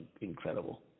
incredible